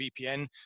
VPN